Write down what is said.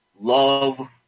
love